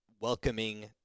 welcoming